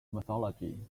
mythology